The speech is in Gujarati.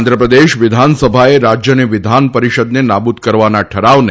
આંધ્રપ્રદેશ વિધાનસભાએ રાજ્યની વિધાન પરિષદને નાબુદ કરવાના ઠરાવને